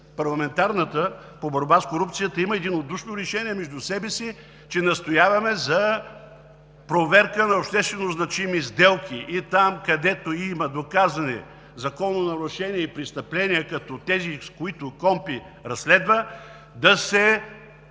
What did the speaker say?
парламентарна Комисия за борба с корупцията има единодушно решение между себе си, че настояваме за проверка на обществено значими сделки. Там, където има доказани закононарушения и престъпления като тези, с които КОНПИ разследва,